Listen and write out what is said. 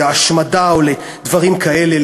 להשמדה או לדברים כאלה,